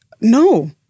no